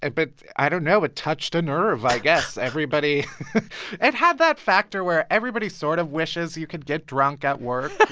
and but i don't know. it touched a nerve, i guess. everybody it had that factor where everybody sort of wishes you could get drunk at work.